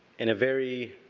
in a very